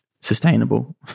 sustainable